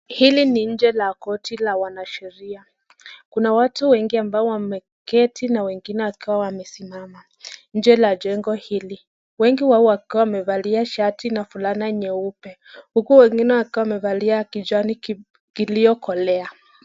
Hili ni nje la korti la wanasheria. Kuna watu wengi ambao wameketi na wengine wakiwa wamesimama nje la jengo hili, wengi wao wakiwa wamevalia shati na fulana nyeupe huku wengine wakiwa wamevalia kijani iliokolea.